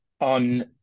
on